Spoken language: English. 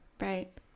Right